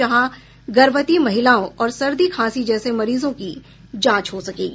जहां गर्भवती महिलाओं और सर्दी खांसी जैसे मरीजों की जांच हो सकेगी